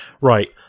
right